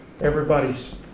Everybody's